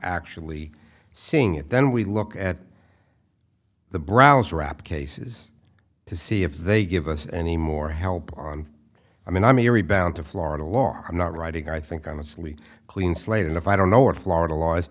actually seeing it then we look at the browser app cases to see if they give us any more help i mean i'm a rebound to florida law i'm not writing i think honestly clean slate and if i don't know what florida law